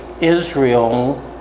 Israel